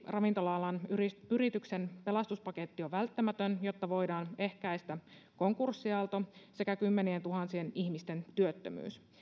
ravintola alan yritysten yritysten pelastuspaketti on välttämätön jotta voidaan ehkäistä konkurssiaalto sekä kymmenientuhansien ihmisten työttömyys